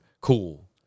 Cool